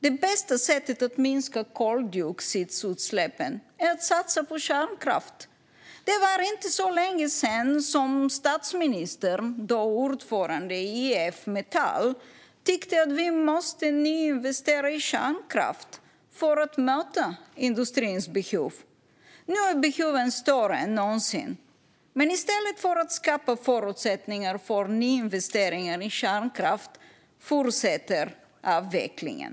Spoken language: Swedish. Det bästa sättet att minska koldioxidutsläppen är att satsa på kärnkraft. Det var inte så länge sedan som statsministern, då ordförande i IF Metall, tyckte att vi måste nyinvestera i kärnkraft för att möta industrins behov. Nu är behoven större än någonsin. Men i stället för att skapa förutsättningar för nyinvesteringar i kärnkraft fortsätter avvecklingen.